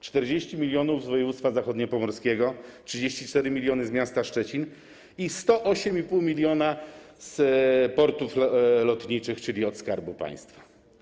40 mln z województwa zachodniopomorskiego, 34 mln z miasta Szczecina i 108,5 mln z Portów Lotniczych, czyli od Skarbu Państwa.